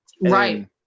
right